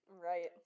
right